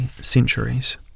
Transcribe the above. centuries